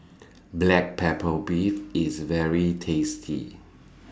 Black Pepper Beef IS very tasty